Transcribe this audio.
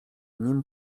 nim